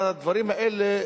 הדברים האלה,